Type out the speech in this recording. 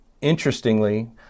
interestingly